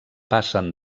passen